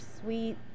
sweet